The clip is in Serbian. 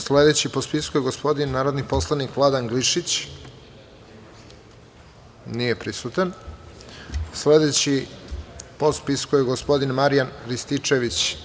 Sledeći po spisku je gospodin narodni poslanik Vladan Glišić. (Nije prisutan.) Sledeći po spisku je gospodin Marijan Rističević.